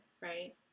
right